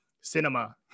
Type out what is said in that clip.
cinema